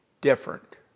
different